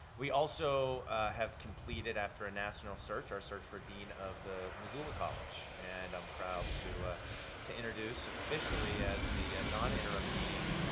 we also have completed, after a national search, our search for dean of the missoula college. and i'm proud to to introduce officially as the non interim dean,